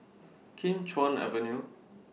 Kim Chuan Avenue